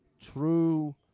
true –